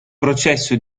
processo